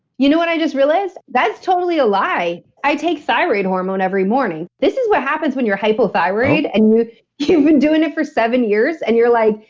you know what i just realized, that's totally a lie. i take thyroid hormone every morning. this is what happens when you're hyperthyroid and you've been doing it for seven years and you're like,